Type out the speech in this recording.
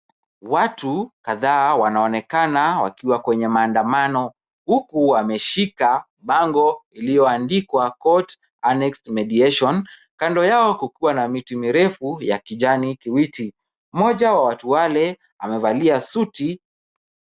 Watu kadhaa wanaonekana wakiwa kwenye maandamano huku wameshika bango iliyoandikwa [c]Court Earnest Meditation[c] . Kando yao kuko na miti mirefu ya kijani kibichi. Mmoja wa watu wale, amevalia suti.